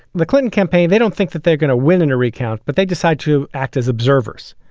the clinton campaign, they don't think that they're going to win in a recount, but they decide to act as observers.